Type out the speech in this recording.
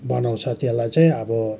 बनाउँछ त्यसलाई चाहिँ अब